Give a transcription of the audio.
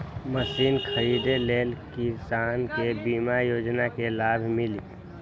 Machine खरीदे ले किसान के बीमा योजना के लाभ मिली?